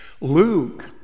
Luke